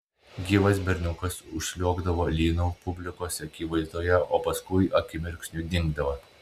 gyvas berniukas užsliuogdavo lynu publikos akivaizdoje o paskui akimirksniu dingdavo